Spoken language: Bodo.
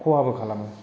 खहाबो खालामो